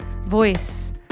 voice